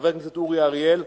חבר הכנסת אורי אריאל,